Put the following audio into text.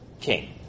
king